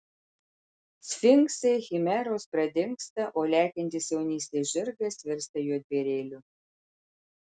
sfinksai chimeros pradingsta o lekiantis jaunystės žirgas virsta juodbėrėliu